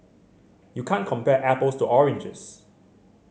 you can't compare apples to oranges